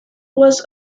was